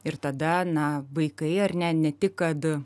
ir tada na vaikai ar ne ne tik kad